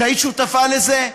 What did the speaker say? שהיית שותפה לזה,